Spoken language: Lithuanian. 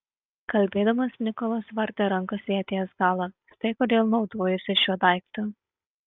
kalbėdamas nikolas vartė rankose ieties galą štai kodėl naudojausi šiuo daiktu